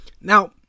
Now